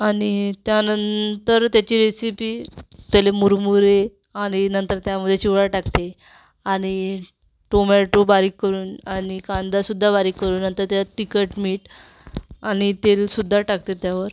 आणि त्यानंतर त्याची रेसिपी त्याला मुरमुरे आणि नंतर त्यामध्ये चिवडा टाकते आणि टोमॅटो बारीक करून आणि कांदासुद्धा बारीक करून नंतर त्याच्यात तिखटमीठ आणि तेलसुद्धा टाकते त्यावर